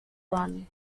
run